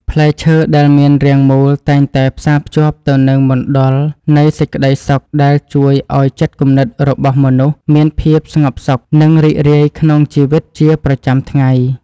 ផ្លែឈើដែលមានរាងមូលតែងតែផ្សារភ្ជាប់ទៅនឹងមណ្ឌលនៃសេចក្តីសុខដែលជួយឱ្យចិត្តគំនិតរបស់មនុស្សមានភាពស្ងប់សុខ និង រីករាយក្នុងជីវិតជាប្រចាំថ្ងៃ។